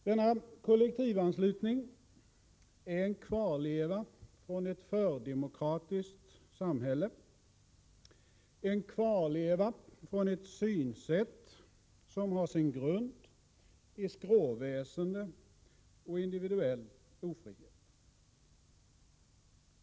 Denna kollektivanslutning är en kvarleva från ett fördemokratiskt samhälle, en kvarleva av ett synsätt som har sin grund i skråväsende och individuell ofrihet.